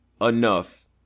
enough